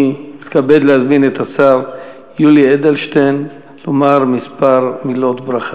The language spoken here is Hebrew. אני מתכבד להזמין את השר יולי אדלשטיין לומר מספר מילות ברכה.